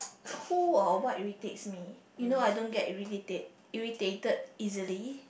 who or what irritates me you know I don't get irrita~ irritated easily